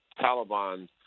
Taliban